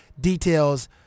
details